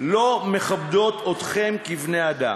לא מכבדות אתכם כבני-אדם.